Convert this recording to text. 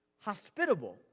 Hospitable